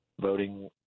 voting